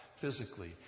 physically